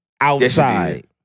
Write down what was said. outside